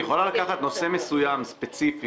את יכולה לקחת נושא מסוים ספציפי